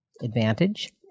advantage